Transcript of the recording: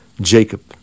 Jacob